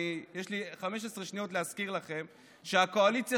יש לי 15 שניות להזכיר לכם שהקואליציה